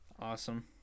Awesome